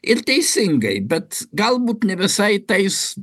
ir teisingai bet galbūt ne visai tais